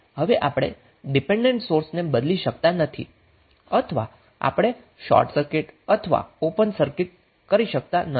હવે આપણે ડિપેન્ડેન્ટ સોર્સને બદલી શકતા નથી અથવા આપણે શોર્ટ સર્કિટ અથવા ઓપન સર્કિટ કરી શકતા નથી